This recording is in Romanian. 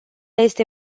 este